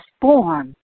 form